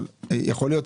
אבל יכול להיות.